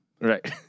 right